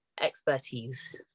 expertise